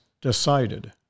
decided